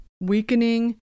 Weakening